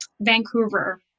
vancouver